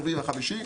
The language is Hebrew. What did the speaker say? הרביעי והחמישי.